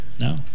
No